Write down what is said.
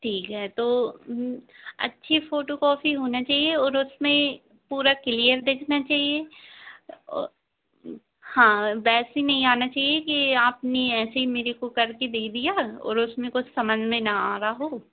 ठीक है तो अच्छी फोटोकॉफी होना चाहिए और उसमें पूरा क्लीयर दिखना चाहिए हाँ वैसी नहीं आना चाहिए कि आपने ऐसे ही मेरे को कर दिया और उसमें कुछ समझ में ना आ रहा हो